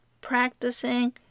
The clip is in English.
practicing